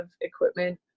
equipment